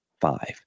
five